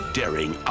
daring